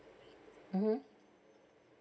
mmhmm